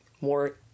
more